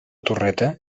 torreta